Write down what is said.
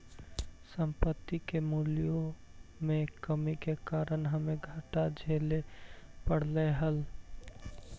संपत्ति के मूल्यों में कमी के कारण हमे घाटा झेले पड़लइ हल